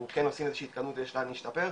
אנחנו כן עושים איזושהי התקדמות ויש לאן להשתפר,